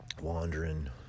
wandering